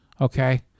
Okay